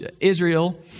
Israel